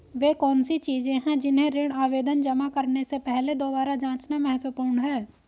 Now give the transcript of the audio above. वे कौन सी चीजें हैं जिन्हें ऋण आवेदन जमा करने से पहले दोबारा जांचना महत्वपूर्ण है?